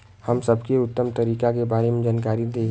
हम सबके उत्तम तरीका के बारे में जानकारी देही?